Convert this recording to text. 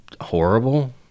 horrible